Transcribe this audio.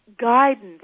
guidance